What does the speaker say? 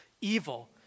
evil